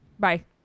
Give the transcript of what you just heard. Bye